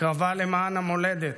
הקרבה למען המולדת,